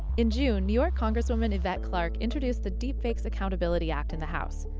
in june, new york congresswoman yvette clarke introduced the deepfakes accountability act in the house.